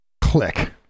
click